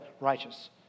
righteous